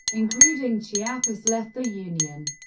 including chiapas, left the union.